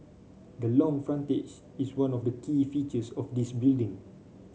the long frontage is one of the key features of this building